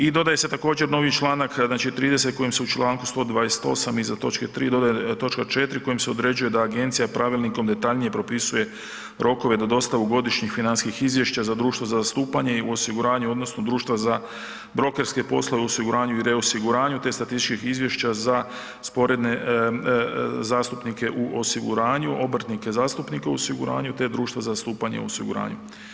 I dodaje se također, novi čl. 30 kojim se čl. 128 iza točke 3. dodaje točka 4. kojom se određuje da Agencija pravilnikom detaljnije propisuje rokove za dostavu godišnjih financijskih izvješća za društvo za zastupanje u osiguranju odnosno društva za brokerske poslove, osiguranju i reosiguranju te statističkih izvješća za sporedne zastupnike u osiguranju, obrtnike zastupnike u osiguranju te društvo za zastupanje u osiguranju.